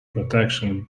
protection